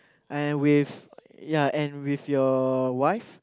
and with ya and with your wife